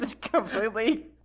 Completely